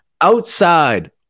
Outside